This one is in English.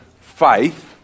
faith